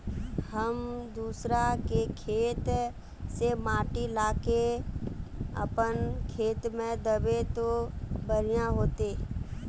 हम दूसरा के खेत से माटी ला के अपन खेत में दबे ते बढ़िया होते?